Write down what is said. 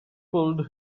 pulled